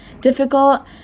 difficult